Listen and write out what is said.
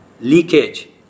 leakage